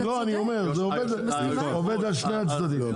זה עובד על שני הצדדים.